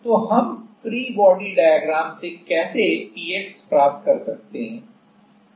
तो हम free body diagram से कैसे Px प्राप्त कर सकते हैं